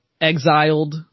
exiled